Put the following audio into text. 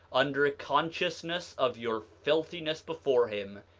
under a consciousness of your filthiness before him,